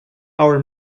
our